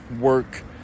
work